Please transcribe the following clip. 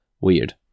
weird